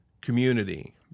community